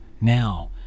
now